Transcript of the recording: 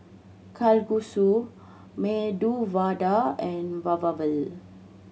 Kalguksu Medu Vada and